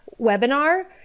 webinar